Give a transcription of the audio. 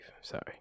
sorry